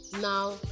now